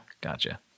Gotcha